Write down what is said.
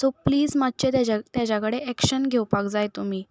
so please मात्शें तेज्या तेज्या कडेन एक्शन घेवन घेवपाक जाय तुमी